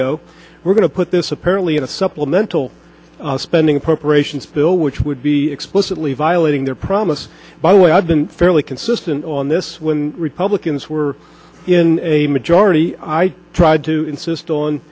paygo we're going to put this apparently in a supplemental spending perforations bill which would be explicitly violating their promise by the way i've been fairly consistent on this when republicans were in a majority i tried to insist on